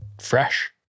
fresh